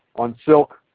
on silk,